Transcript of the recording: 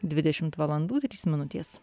dvidešimt valandų trys minutės